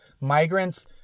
migrants